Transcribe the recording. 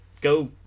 go